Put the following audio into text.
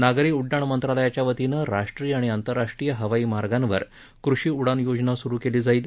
नागरी उड्डाण मंत्रालयाच्या वतीनं राष्ट्रीय आणि आंतरराष्ट्रीय हवाई मार्गावर कृषी उडान योजना सुरू केली जाईल